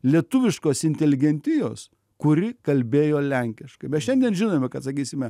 lietuviškos inteligentijos kuri kalbėjo lenkiškai mes šiandien žinome kad sakysime